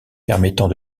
permettant